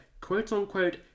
quote-unquote